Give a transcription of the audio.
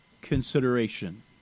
consideration